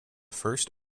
first